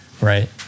right